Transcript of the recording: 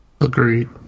Agreed